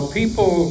people